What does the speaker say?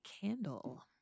candle